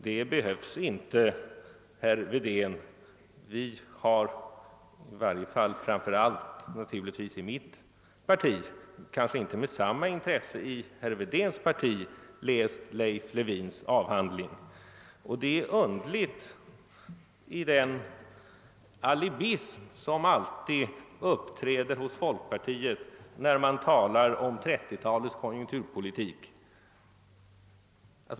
Det behövs inte, herr Wedén. Vi har i varje fall i mitt parti — kanske har man inte gjort det med samma intresse i herr Wedéns parti — läst Leif Lewins avhandling. Det är underligt med den »alibism» som alltid uppträder hos folkpartiet när man talar om 1930-talets konjunkturpolitik.